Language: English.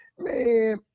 Man